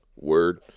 Word